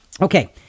Okay